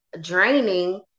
draining